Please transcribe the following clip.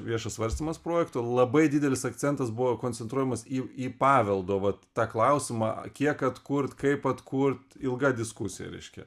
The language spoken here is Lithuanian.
viešas svarstymas projekto labai didelis akcentas buvo koncentruojamas į į paveldo vat tą klausimą kiek atkurt kaip atkurt ilga diskusija reiškia